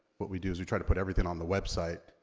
what we do is we try to put everything on the website,